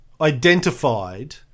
identified